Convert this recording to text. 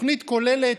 תוכנית כוללת,